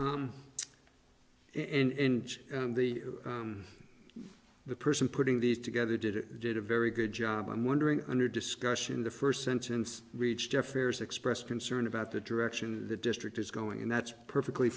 in the the person putting these together did it did a very good job i'm wondering under discussion the first sentence reached jeff ayres expressed concern about the direction the district is going and that's perfectly